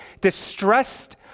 distressed